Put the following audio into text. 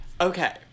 Okay